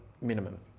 minimum